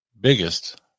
biggest